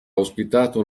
ospitato